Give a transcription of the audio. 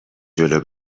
جلو